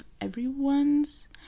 everyone's